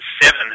Seven